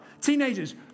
Teenagers